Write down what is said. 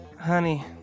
Honey